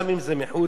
גם אם זה מחוץ,